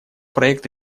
проект